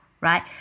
right